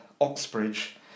Oxbridge